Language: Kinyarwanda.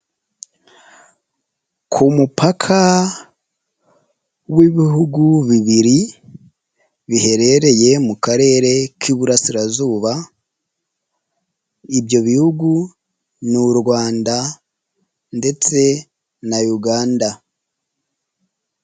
Ku mupaka, w'ibihugu bibiri, biherereye mu karere k'iburasirazuba. Ibyo bihugu, ni u Rwanda ndetse na Uganda.